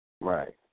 Right